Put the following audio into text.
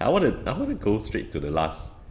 I wanna I wanna go straight to the last